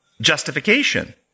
justification